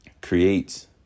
creates